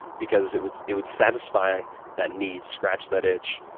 because it would it would satisfy that need, scratch that itch,